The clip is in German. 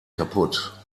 kaputt